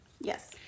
Yes